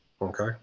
okay